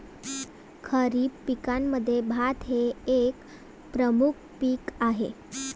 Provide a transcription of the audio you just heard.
खरीप पिकांमध्ये भात हे एक प्रमुख पीक आहे